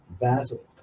Basil